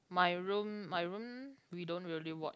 my room my room we don't really watch